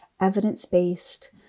evidence-based